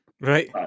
Right